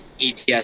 ETS